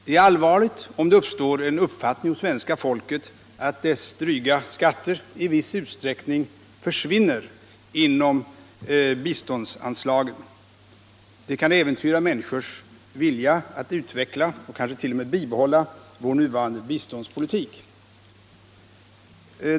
Det är allvarligt om det uppstår en uppfattning hos svenska folket att dess dryga skatter i viss utsträckning försvinner via biståndsanslagen. Det kan äventyra människors vilja att utveckla och kanske t.o.m. bibehålla 159 vårt bistånd på nuvarande nivå.